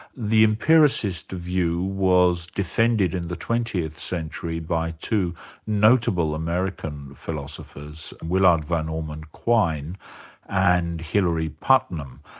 the empiricist view was defended in the twentieth century by two notable american philosophers, willard van orman quine and hilary putman. um